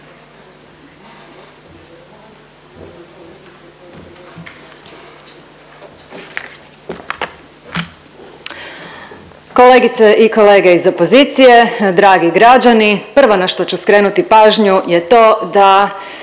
Kolegice i kolege iz opozicije, dragi građani. Prvo na što ću krenuti pažnju je to da